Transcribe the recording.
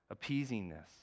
Appeasingness